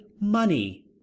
money